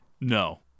No